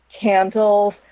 candles